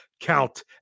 count